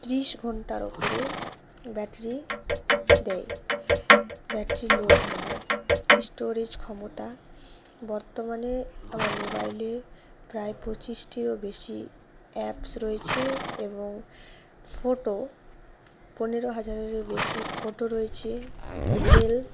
ত্রিশ ঘন্টার ওপরে ব্যাটারি দেয় ব্যাটারি লো হয় না স্টোরেজ ক্ষমতা বর্তমানে আমার মোবাইলে প্রায় পঁচিশ টিরও বেশি অ্যাপস রয়েছে এবং ফোটো পনেরো হাজারেরও বেশি ফটো রয়েছে মেল